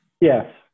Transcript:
Yes